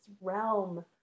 realm